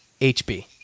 HB